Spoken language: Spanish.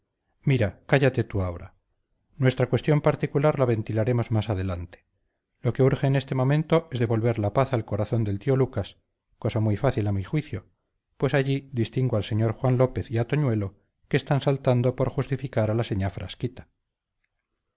mira cállate tú ahora nuestra cuestión particular la ventilaremos más adelante lo que urge en este momento es devolver la paz al corazón del tío lucas cosa fácil a mi juicio pues allí distingo al señor juan lópez y a toñuelo que están saltando por justificar a la señá frasquita